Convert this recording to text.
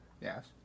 Yes